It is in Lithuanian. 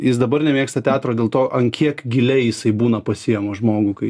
jis dabar nemėgsta teatro dėl to ant kiek giliai jisai būna pasiema žmogų kai